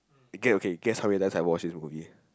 okay okay guess how many times I watch this movie